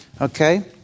Okay